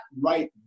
right